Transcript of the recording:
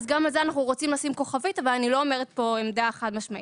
גם על זה אנחנו רוצים לשים כוכבית אבל אני לא אומרת פה עמדה חד-משמעית.